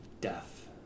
death